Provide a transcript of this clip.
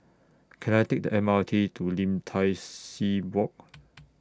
Can I Take The M R T to Lim Tai See Walk